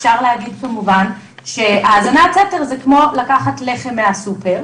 אפשר להגיד כמובן שהאזנת סתר זה כמו לקחת לחם מהסופר,